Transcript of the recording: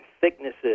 thicknesses